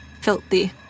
filthy